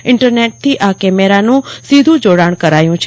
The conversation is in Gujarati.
ઈન્ટરનેટથી આ કેમેરાનું સીધું જોડાણ કરાયું છે